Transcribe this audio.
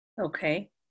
Okay